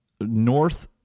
North